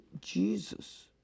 Jesus